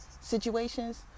situations